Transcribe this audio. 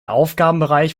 aufgabenbereich